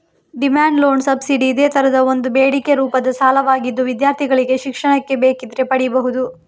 demand loan subsidy ಇದೇ ತರದ ಒಂದು ಬೇಡಿಕೆ ರೂಪದ ಸಾಲವಾಗಿದ್ದು ವಿದ್ಯಾರ್ಥಿಗಳಿಗೆ ಶಿಕ್ಷಣಕ್ಕೆ ಬೇಕಿದ್ರೆ ಪಡೀಬಹುದು